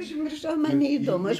užmiršau man neįdomu aš